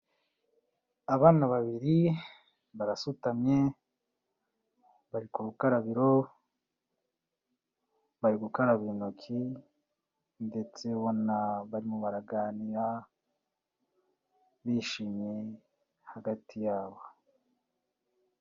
Abana babiri, barasutamye, bari ku rukarabiro, bari gukaraba intoki, ndetse ubona barimo baraganira, bishimye hagati yabo.